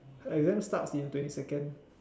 her exams starts in twenty second